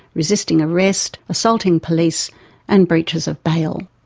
resisting arrest, assaulting police and breaches of bail.